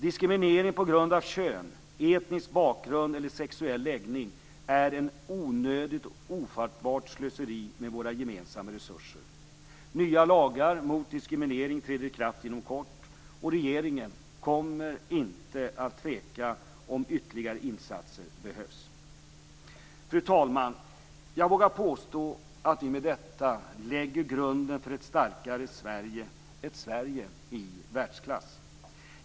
Diskriminering på grund av kön, etnisk bakgrund eller sexuell läggning är ett onödigt och ofattbart slöseri med våra gemensamma resurser. Nya lagar mot diskriminering träder i kraft inom kort. Regeringen kommer inte att tveka om ytterligare insatser behövs. Fru talman! Jag vågar påstå att vi med detta lägger grunden för ett starkare Sverige - ett Sverige i världsklass.